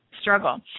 struggle